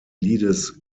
liedes